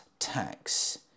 tax